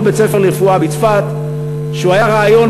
אותו בית-ספר לרפואה בצפת שהוא רעיון